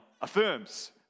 affirms